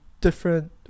different